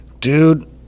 Dude